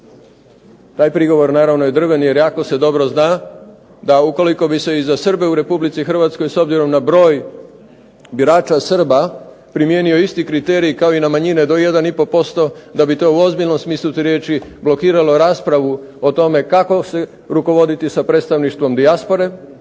Taj prigovor naravno je drven jer jako se dobro zna da ukoliko bi se i za Srbe u Republici Hrvatskoj, s obzirom na broj birača Srba primijenio isti kriterij kao i na manjine do 1 i po posto, da bi to u ozbiljnom smislu te riječi blokiralo raspravu o tome kako se rukovoditi sa predstavništvom dijaspore